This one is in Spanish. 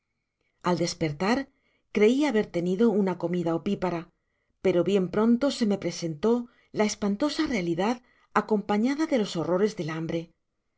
al despertar crei haber te nido una comida opipara pero bien pronto se me presentó la espantosa realidad acompañada de los horrores del hambre bebi